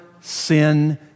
sin